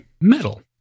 metal